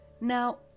Now